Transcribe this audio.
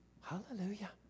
Hallelujah